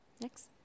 Next